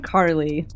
Carly